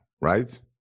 right